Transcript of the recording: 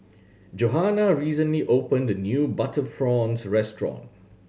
Johannah recently opened a new butter prawns restaurant